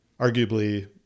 arguably